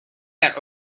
that